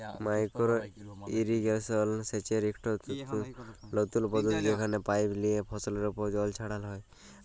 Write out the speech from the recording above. micro irrigation সেচের ইকট লতুল পদ্ধতি যেখালে পাইপ লিয়ে ফসলের উপর জল ছড়াল হ্যয়